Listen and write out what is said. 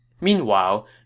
Meanwhile